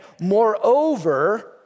moreover